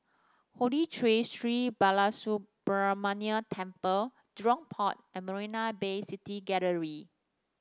Holy Tree Sri Balasubramaniar Temple Jurong Port and Marina Bay City Gallery